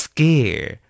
Scare